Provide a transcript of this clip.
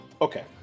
Okay